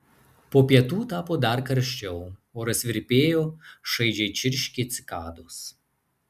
po pietų tapo dar karščiau oras virpėjo šaižiai čirškė cikados